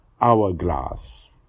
Hourglass